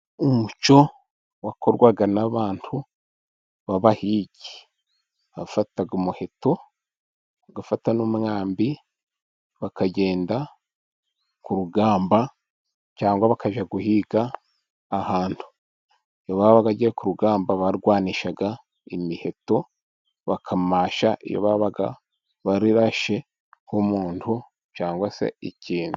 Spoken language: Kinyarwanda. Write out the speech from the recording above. Umuco wakorwaga n'abantu b'abahigi bafataga umuheto bagafata n'umwambi bakagenda ku rugamba, cyangwa bakajya guhiga ahantu iyo babaga bajya ku rugamba barwanishaga imiheto bakamasha iyo bababaga barashe nk'umuntu cyangwa se ikintu.